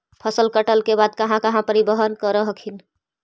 फसल कटल के बाद कहा कहा परिबहन कर हखिन?